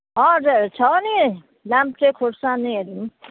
हजुर छ नि लाम्चे खोर्सानीहरू पनि